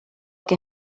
que